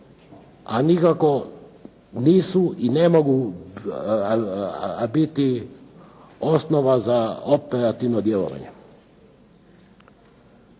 nikako nisu i ne mogu biti osnova za operativno djelovanje.